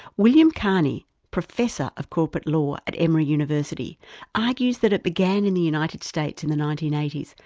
william carney, professor of corporate law at emory university argues that it began in the united states in the nineteen eighty s,